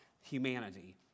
humanity